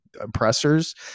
oppressors